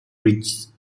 bridges